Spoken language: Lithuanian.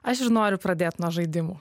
aš ir noriu pradėt nuo žaidimų